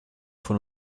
von